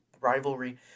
rivalry